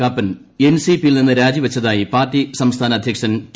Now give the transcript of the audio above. കാപ്പൻ എൻസിപിയിൽനിന്നു രാജിവച്ചതായി പാർട്ടി സംസ്ഥാന അധ്യക്ഷൻ ടി